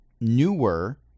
newer